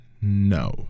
no